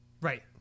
Right